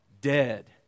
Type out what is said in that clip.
Dead